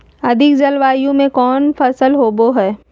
अधिक जलवायु में कौन फसल होबो है?